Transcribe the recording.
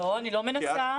לא, אני לא מנסה.